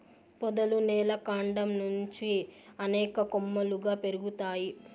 పొదలు నేల కాండం నుంచి అనేక కొమ్మలుగా పెరుగుతాయి